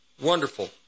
wonderful